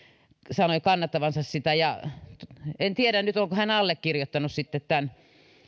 sanoi kannattavansa sitä en tiedä nyt onko hän allekirjoittanut sitten tämän